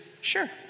Sure